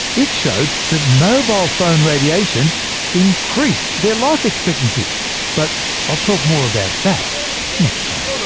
it showed that mobile phone radiation increased their life expectancy but i'll talk more about that next time.